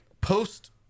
post